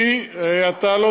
הוא שאל על מים.